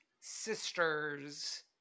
sisters